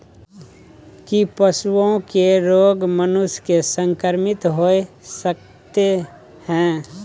की पशुओं के रोग मनुष्य के संक्रमित होय सकते है?